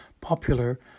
popular